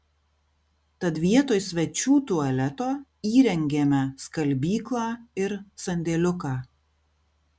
tad vietoj svečių tualeto įrengėme skalbyklą ir sandėliuką